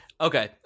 Okay